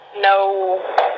no